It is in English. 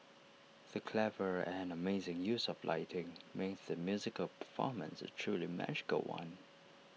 the clever and amazing use of lighting made the musical performance A truly magical one